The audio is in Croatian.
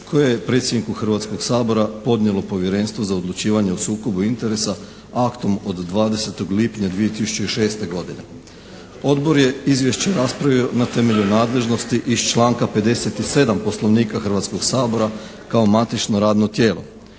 koje je predsjedniku Hrvatskog sabora podnijelo Povjerenstvo za odlučivanje o sukobu interesa aktom od 20. lipnja 2006. godine. Odbor je izvješće raspravio na temelju nadležnosti iz članka 57. Poslovnika Hrvatskog sabora kao matično radno tijelo.